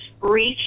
reach